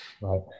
Right